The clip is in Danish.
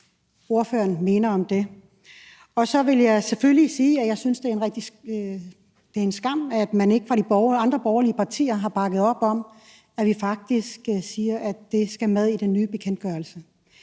ordføreren om det? Så vil jeg selvfølgelig sige, at jeg synes, det er en skam, at man ikke fra de andre borgerlige partiers side har bakket op om, at vi siger, at det skal med i den nye bekendtgørelse.